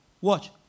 Watch